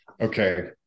okay